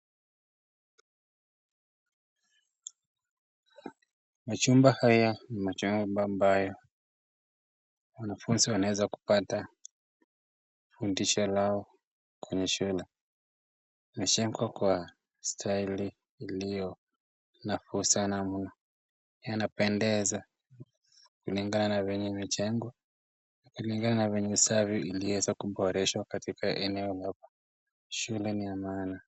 Machumba haya ni machaguo ambayo wanafunzi wanaweza kupata fundisho lao kwenye shule. Imejengwa kwa staili iliyo nafu sana mno. Yanapendeza. Kulingana na venye imejengwa, kulingana na venye usafi iliweza kuboreshwa katika eneo gani. Shule ni ya maana.